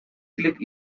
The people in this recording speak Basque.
klik